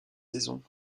saison